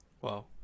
Wow